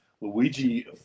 Luigi